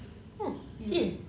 !huh! serious